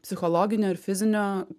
psichologinio ir fizinio